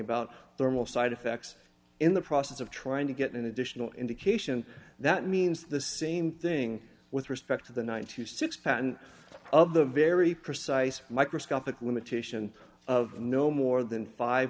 about thermal side effects in the process of trying to get an additional indication that means the same thing with respect to the ninety six dollars patent of the very precise microscopic limitation of no more than five